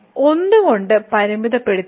ഈ അസമത്വത്തിൽ നിന്ന് നമുക്ക് 1 ≤ f ≤ 3 ലഭിക്കും